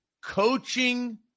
Coaching